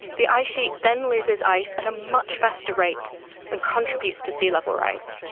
the ice sheet then loses ice at a much faster rate and contributes to sea level rise.